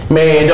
Man